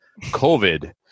COVID